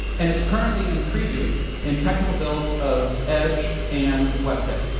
and it's currently in preview in technical builds of edge and webkit.